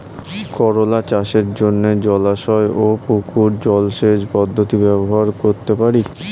করোলা চাষের জন্য জলাশয় ও পুকুর জলসেচ পদ্ধতি ব্যবহার করতে পারি?